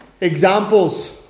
examples